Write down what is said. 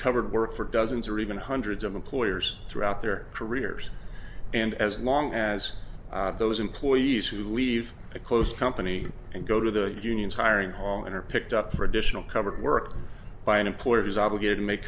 covered work for dozens or even hundreds of employers throughout their careers and as long as those employees who leave a close company and go to the unions hiring hall and are picked up for additional covered work by an employer who is obligated to make